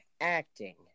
acting